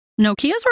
Nokias